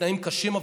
בתנאים קשים,